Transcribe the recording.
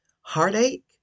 heartache